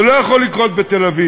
זה לא יכול לקרות שבתל-אביב,